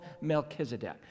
Melchizedek